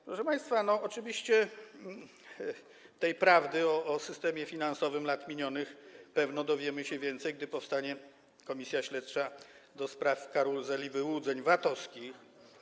Proszę państwa, oczywiście poznamy prawdę o systemie finansowym lat minionych - pewno dowiemy się więcej - gdy powstanie komisja śledcza do spraw karuzeli wyłudzeń VAT-owskich.